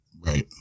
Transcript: Right